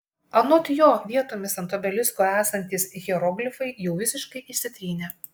anot jo vietomis ant obelisko esantys hieroglifai jau visiškai išsitrynė